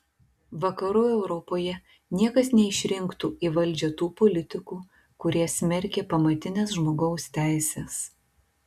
vakarų europoje niekas neišrinktų į valdžią tų politikų kurie smerkia pamatines žmogaus teises